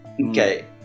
Okay